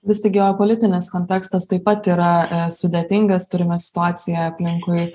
vis tik geopolitinis kontekstas taip pat yra sudėtingas turime situaciją aplinkui